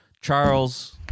Charles